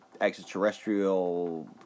extraterrestrial